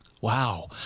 Wow